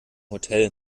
hotel